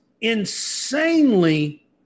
insanely